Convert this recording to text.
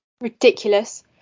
Ridiculous